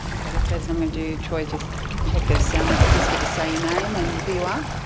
kind of first thing um to do troy is just check the sound levels. just get you to say your name and who you are.